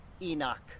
Enoch